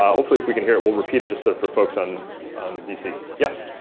um hopefully if we can hear it weill repeat it sort of for folks on on vc. yes?